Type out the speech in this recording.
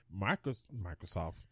Microsoft